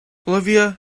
olivia